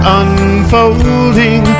unfolding